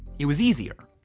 it was easier.